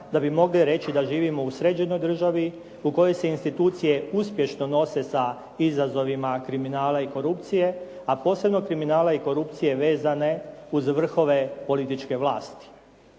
da bi mogli reći da živimo u sređenoj državi u kojoj se institucije uspješno nose sa izazovima kriminala i korupcije a posebno kriminala i korupcije vezane uz vrhove političke vlasti.